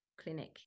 clinic